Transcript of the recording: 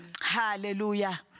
hallelujah